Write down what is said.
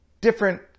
different